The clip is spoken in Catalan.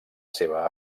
seva